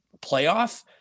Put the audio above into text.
playoff